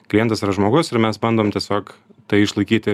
klientas yra žmogus ir mes bandom tiesiog tai išlaikyti